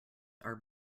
are